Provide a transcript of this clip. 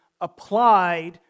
applied